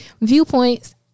viewpoints